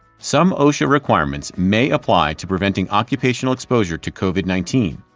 some osha requirements may apply to preventing occupational exposure to covid nineteen.